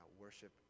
Worship